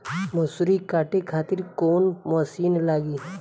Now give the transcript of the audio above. मसूरी काटे खातिर कोवन मसिन लागी?